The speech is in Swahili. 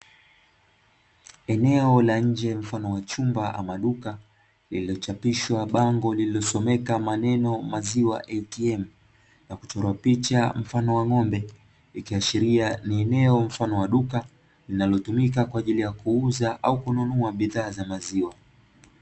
Eneo la nje mfano wa chumba ama duka, lililochapishwa bango lililosomeka maneno maziwa "ATM" na kuchorwa picha mfano wa ng'ombe, ikiashiria ni eneo mfano wa duka linalotumika kwa ajili ya kuuza au kununua bidhaa za maziwa.